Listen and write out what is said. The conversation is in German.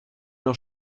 noch